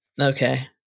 Okay